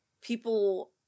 people